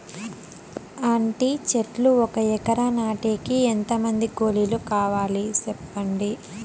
అంటి చెట్లు ఒక ఎకరా నాటేకి ఎంత మంది కూలీలు కావాలి? సెప్పండి?